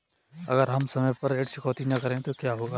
अगर हम समय पर ऋण चुकौती न करें तो क्या होगा?